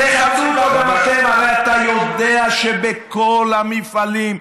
אבל מה עם העבדים המסכנים?